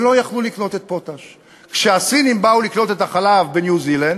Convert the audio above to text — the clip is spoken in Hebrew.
ולא יכלו לקנות את "פוטאש"; כשהסינים באו לקנות את החלב בניו-זילנד,